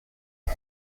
mon